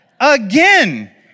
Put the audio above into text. again